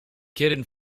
khitan